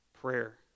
prayer